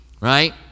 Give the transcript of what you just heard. right